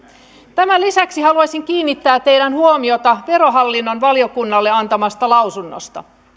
tämän lisäksi haluaisin kiinnittää teidän huomiotanne verohallinnon valiokunnalle antamaan lausuntoon